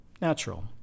natural